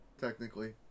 technically